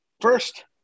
first